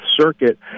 Circuit